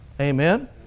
amen